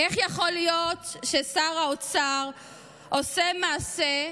איך יכול להיות ששר האוצר עושה מעשה,